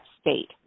state